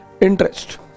Interest